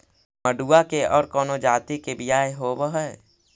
मडूया के और कौनो जाति के बियाह होव हैं?